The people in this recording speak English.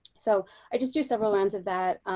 so i just do several rounds of that.